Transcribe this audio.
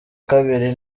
kabiri